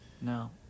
No